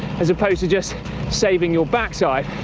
as opposed to just saving your backside.